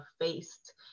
faced